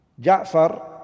Ja'far